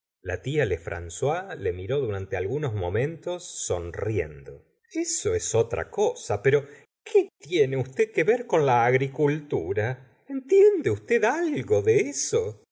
la tia lefrancois le miró durante algunos momentos sonriendo eso es otra cosa pero qué tiene usted que ver con la agricultura entiende usted algo de eso